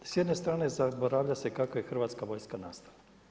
S jedne strane zaboravlja se kako je Hrvatska vojska nastala.